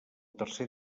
tercer